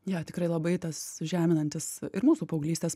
jo tikrai labai tas žeminantis ir mūsų paauglystės